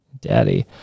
daddy